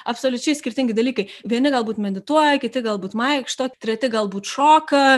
absoliučiai skirtingi dalykai vieni galbūt medituoja kiti galbūt vaikšto treti galbūt šoka